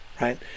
right